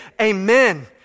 amen